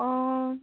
অঁ